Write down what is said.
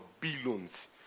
billions